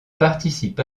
participe